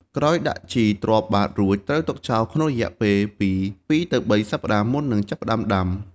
ក្រោយដាក់ជីទ្រាប់បាតរួច ត្រូវទុកចោលក្នុងរយៈពេលពី ២ ទៅ ៣ សប្តាហ៍មុននឹងចាប់ផ្តើមដាំ។